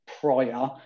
prior